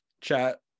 chat